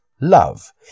love